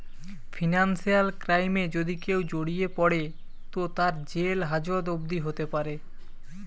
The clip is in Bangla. ফিনান্সিয়াল ক্রাইমে যদি কেও জড়িয়ে পড়ে তো তার জেল হাজত অবদি হোতে পারে